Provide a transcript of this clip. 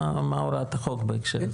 מה הוראת החוק בהקשר הזה?